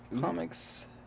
Comics